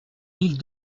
mille